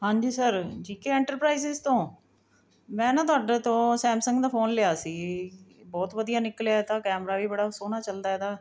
ਹਾਂਜੀ sir ji K enterprises ਤੋਂ ਮੈਂ ਨਾ ਤੁਹਾਡੇ ਤੋਂ ਸੈਮਸੰਗ ਦਾ ਫ਼ੋਨ ਲਿਆ ਸੀ ਬਹੁਤ ਵਧੀਆ ਨਿਕਲਿਆ ਤਾਂ ਕੈਮਰਾ ਵੀ ਬੜਾ ਸੋਹਣਾ ਚਲਦਾ ਇਹਦਾ